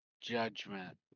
Judgment